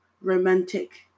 romantic